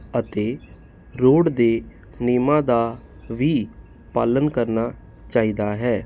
ਅਤੇ ਰੋਡ ਦੇ ਨਿਯਮਾਂ ਦਾ ਵੀ ਪਾਲਨ ਕਰਨਾ ਚਾਹੀਦਾ ਹੈ